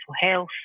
health